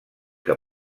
que